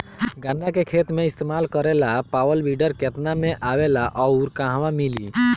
गन्ना के खेत में इस्तेमाल करेला अच्छा पावल वीडर केतना में आवेला अउर कहवा मिली?